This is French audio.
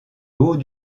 haut